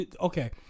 Okay